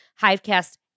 Hivecast